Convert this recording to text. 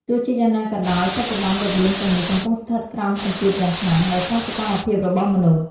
ទោះជាយ៉ាងណាក៏ដោយ បច្ចុប្បន្នរបៀងទាំងនេះកំពុងស្ថិតក្រោមសម្ពាធយ៉ាងខ្លាំង ដោយសារសកម្មភាពរបស់មនុស្ស។